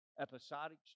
episodic